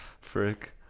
frick